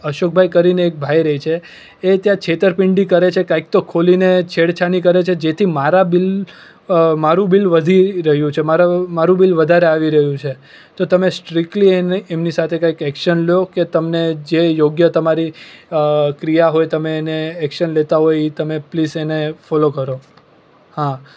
અશોક ભાઈ કરીને એક ભાઈ રહે છે એ ત્યાં છેતરપિંડી કરે છે કંઈક તો ખોલીને છેડખાની કરે છે જેથી મારા બિલ મારું બિલ વધી રહ્યું છે મારો મારું બિલ વધારે આવી રહ્યું છે તો તમે સ્ટ્રિક્લી એની એમની સાથે કંઈક એક્શન લો કે તમને જે યોગ્ય તમારી ક્રિયા હોય તમે એને એક્શન લેતા હોય એ તમે પ્લીસ એને ફોલો કરો હા